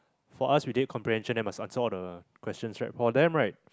for us we did comprehension then must answer all the questions right for them right